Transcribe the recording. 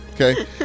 Okay